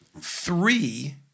three